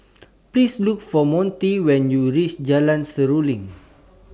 Please Look For Monty when YOU REACH Jalan Seruling